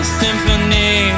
symphony